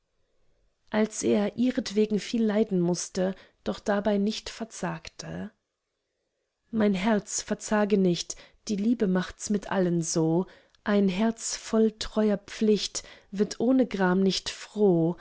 als er ihrentwegen viel leiden mußte doch dabei nicht verzagte mein herz verzage nicht die liebe macht's mit allen so ein herz voll treuer pflicht wird ohne gram nicht froh